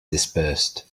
dispersed